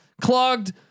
clogged